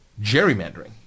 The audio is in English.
gerrymandering